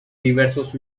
diversos